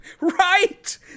Right